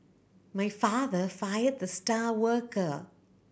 my father fired the star worker